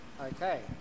Okay